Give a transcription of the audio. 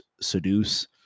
seduce